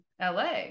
LA